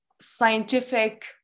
scientific